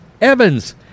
Evans